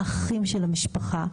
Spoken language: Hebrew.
האחים של המשפחה,